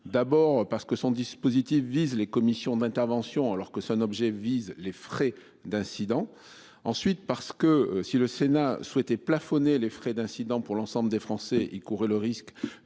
d'abord parce que son dispositif vise les commissions d'intervention, alors que son objet vise les frais d'incident. Ensuite parce que si le Sénat souhaitait plafonner les frais d'incident pour l'ensemble des Français il courait le risque